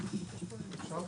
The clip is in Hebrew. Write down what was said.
(הישיבה